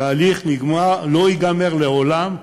התהליך לא ייגמר לעולם,